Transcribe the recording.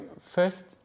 first